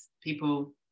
people